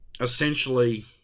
essentially